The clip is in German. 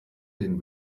den